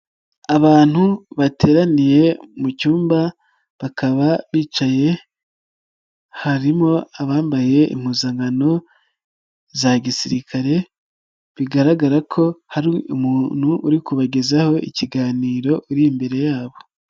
abantu bateraniye mu cyumba bakaba bicaye, harimo abambaye impuzankano za gisirikare bigaragara ko hari umuntu uri kubagezaho ikiganiro uri imbere yabo.